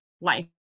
life